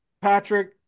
Patrick